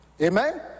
Amen